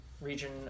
region